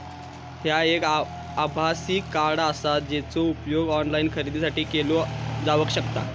ह्या एक आभासी कार्ड आसा, जेचो उपयोग ऑनलाईन खरेदीसाठी केलो जावक शकता